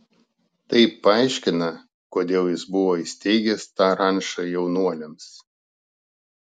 tai paaiškina kodėl jis buvo įsteigęs tą rančą jaunuoliams